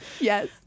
Yes